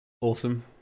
Awesome